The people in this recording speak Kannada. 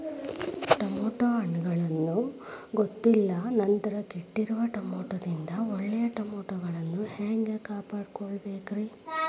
ಟಮಾಟೋ ಹಣ್ಣುಗಳನ್ನ ಗೊತ್ತಿಲ್ಲ ನಂತರ ಕೆಟ್ಟಿರುವ ಟಮಾಟೊದಿಂದ ಒಳ್ಳೆಯ ಟಮಾಟೊಗಳನ್ನು ಹ್ಯಾಂಗ ಕಾಪಾಡಿಕೊಳ್ಳಬೇಕರೇ?